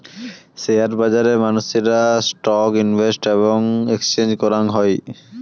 share বাজারে মানসিরা stock invest এবং এক্সচেঞ্জ করাং হই